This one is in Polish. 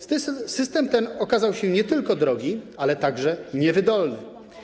System ten okazał się nie tylko drogi, ale także niewydolny.